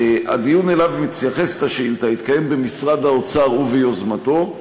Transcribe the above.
הדיון שאליו מתייחסת השאילתה התקיים במשרד האוצר וביוזמתו,